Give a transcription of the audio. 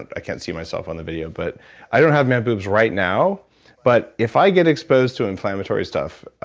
i can't see myself on the video, but i don't have man boobs right now but if i get exposed to inflammatory stuff,